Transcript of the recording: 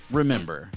remember